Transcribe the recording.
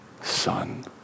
son